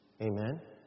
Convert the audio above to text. Amen